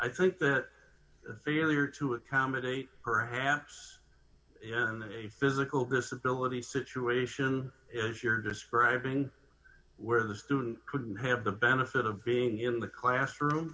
i think that the failure to accommodate perhaps in a physical disability situation is you're describing where the student couldn't have the benefit of being in the classroom